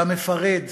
במפריד,